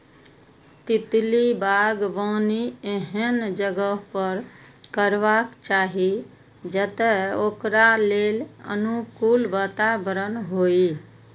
तितली बागबानी एहन जगह पर करबाक चाही, जतय ओकरा लेल अनुकूल वातावरण होइ